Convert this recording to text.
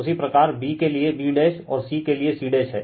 उसी प्रकार b के लिए b और c के लिए c है